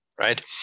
right